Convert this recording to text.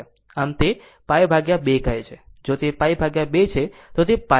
આમ તે π 2 કહે છે જો તે π 2 છે તો તે π છે